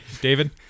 David